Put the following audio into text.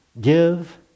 Give